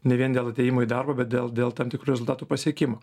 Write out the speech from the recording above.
ne vien dėl atėjimo į darbą bet dėl dėl tam tikrų rezultatų pasiekimo